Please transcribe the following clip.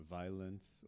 violence